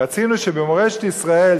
רצינו שבמורשת ישראל,